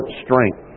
strength